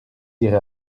irez